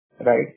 right